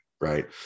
right